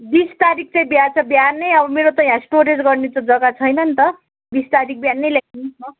बिस तारिक चाहिँ बिहा छ बिहानै अब मेरो त यहाँ स्टोरेज गर्ने त जग्गा छैन नि त बिस तारिक बिहानै ल्याइदिनुहोस् न